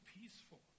peaceful